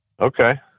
Okay